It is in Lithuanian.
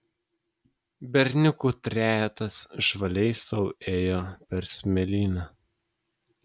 berniukų trejetas žvaliai sau ėjo per smėlyną